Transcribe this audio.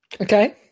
Okay